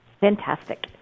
Fantastic